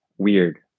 weird